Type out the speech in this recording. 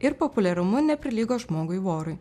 ir populiarumu neprilygo žmogui vorui